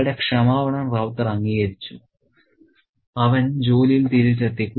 അവളുടെ ക്ഷമാപണം റൌത്തർ അംഗീകരിച്ചു അവൻ ജോലിയിൽ തിരിച്ചെത്തി